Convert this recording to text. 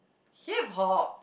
Hip-Hop